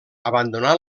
abandonà